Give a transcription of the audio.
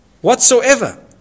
whatsoever